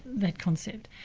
that concept.